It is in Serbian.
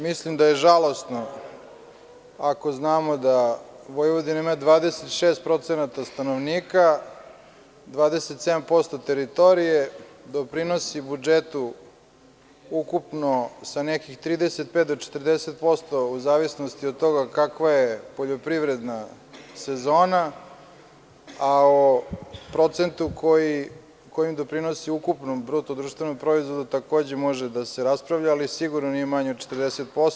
Mislim da je žalosno ako znamo da Vojvodina ima 26% stanovnika, 27% teritorije, doprinosi budžetu sa nekim 35 do 40% u zavisnosti od toga kakva je poljoprivredna sezona, a o procentu kojim doprinosi ukupnom BDP takođe može da se raspravlja ali sigurno nije manje od 40%